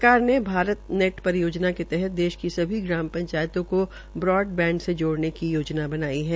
सरकार ने भारत नेट परियोजना के तहत देश के सभी पंचायतों को ब्राडबैंड से जोड़ने की योजना बनाई है